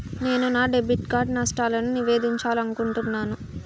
నేను నా debit card నష్టాన్ని నివేదించాలనుకుంటున్నాను